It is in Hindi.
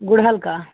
गुड़हल का